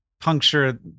puncture